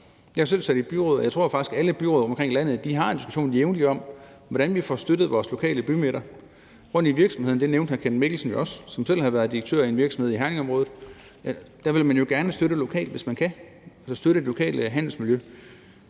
jeg tror faktisk, at alle byråd rundtomkring i landet har en diskussion jævnligt om, hvordan vi får støttet vores lokale bymidter. Rundtom i virksomhederne – det nævnte hr. Kenneth Mikkelsen, som selv har været direktør i en virksomhed i Herningområdet – vil man jo gerne støtte det lokale handelsmiljø,